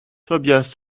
tobias